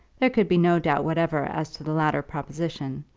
there could be no doubt whatever as to the latter proposition,